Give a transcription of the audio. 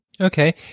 Okay